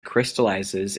crystallizes